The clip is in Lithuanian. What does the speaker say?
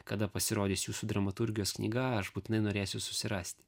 kada pasirodys jūsų dramaturgijos knyga aš būtinai norėsiu susirasti